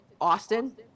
Austin